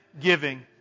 giving